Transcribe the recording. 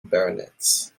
baronets